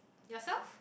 yourself